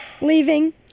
leaving